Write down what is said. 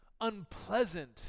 unpleasant